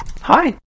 hi